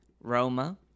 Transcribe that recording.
Roma